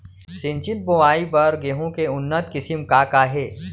सिंचित बोआई बर गेहूँ के उन्नत किसिम का का हे??